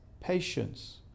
patience